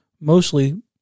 Mostly